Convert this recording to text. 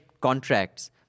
contracts